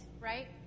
right